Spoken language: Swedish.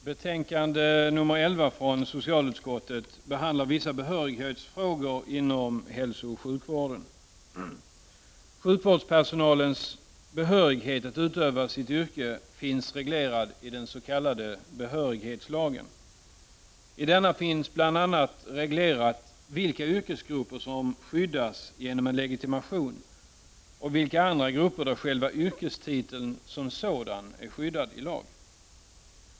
Herr talman! I socialutskottets betänkande 11 behandlas vissa behörighetsfrågor inom hälsooch sjukvården. Sjukvårdspersonalens behörighet att utöva sitt yrke finns reglerad i den s.k. behörighetslagen. I denna finns bl.a. reglerat vilka yrkesgrupper som skyddas genom en legitimation och för vilka andra grupper själva yrkestiteln som sådan är skyddad i lag.